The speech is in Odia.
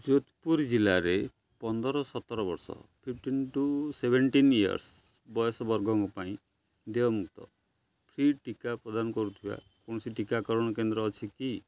ଯୋଧପୁର ଜିଲ୍ଲାରେ ପନ୍ଦରରୁ ସତର ବର୍ଷ ଫିପ୍ଟିନ ଟୁ ସେଭନଟିନ୍ ଇୟରସ୍ ବୟସ ବର୍ଗଙ୍କ ପାଇଁ ଦେୟମୁକ୍ତ ଫ୍ରୀ ଟିକା ପ୍ରଦାନ କରୁଥିବା କୌଣସି ଟିକାକରଣ କେନ୍ଦ୍ର ଅଛି କି